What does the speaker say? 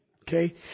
okay